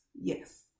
Yes